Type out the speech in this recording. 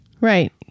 Right